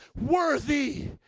worthy